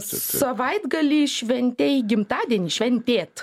savaitgalį šventei gimtadienį šventėt